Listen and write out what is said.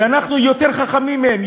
ואנחנו יותר חכמים מהם,